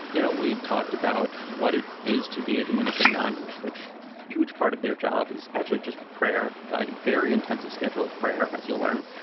you know, we've talked about what it is to be a dominican nun, which huge part of their job is actually just prayer value, very intensive schedule of prayer as you'll learn.